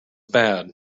bad